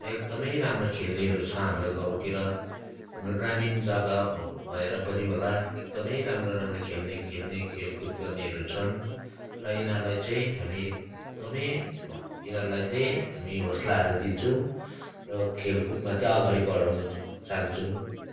र एकदमै राम्रो खेल्नेहरू छ हाम्रो गाउँतिर हाम्रो ग्रामीण जग्गा भएर पनि होला एकदमै राम्रो राम्रो खेल्ने खेल्ने खेलकुद गर्नेहरू छन् र यिनीहरूलाई चाहिँ हामी एकदमै यिनीहरूलाई चाहिँ हामी हौसलाहरू दिन्छौँ र खेलकुदमा चाहिँ अगाडि बढाउन चाहन्छौँ